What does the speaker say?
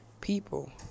people